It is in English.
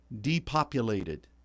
depopulated